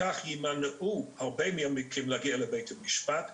הרבה מקרים לא יגיעו לבית המשפט.